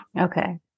Okay